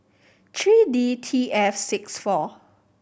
three D T F six four